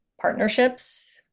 partnerships